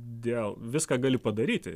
dėl viską gali padaryti